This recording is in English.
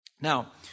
Now